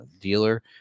dealer